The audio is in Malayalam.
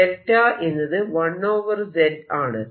ഡെൽറ്റ എന്നത് 1 z ആണ്